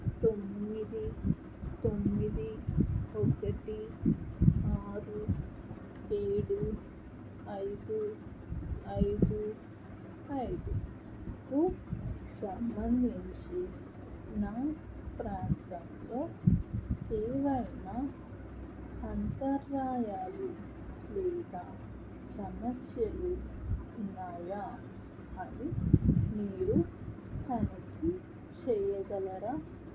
తొమ్మిది తొమ్మిది ఒకటి ఆరు ఏడు ఐదు ఐదు ఐదుకు సంబంధించి నా ప్రాంతంలో ఏవైనా అంతరాయాలు లేదా సమస్యలు ఉన్నాయా అని మీరు తనిఖీ చేయగలరా